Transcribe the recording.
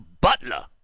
Butler